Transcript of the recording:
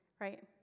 Right